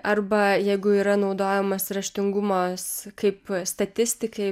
arba jeigu yra naudojamas raštingumas kaip statistikai